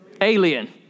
alien